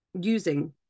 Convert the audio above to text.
using